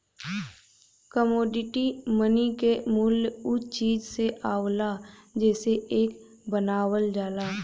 commodity money क मूल्य उ चीज से आवला जेसे एके बनावल जाला